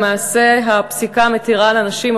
למעשה הפסיקה מתירה לנשים,